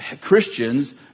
Christians